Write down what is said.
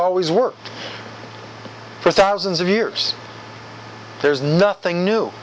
always worked for thousands of years there's nothing new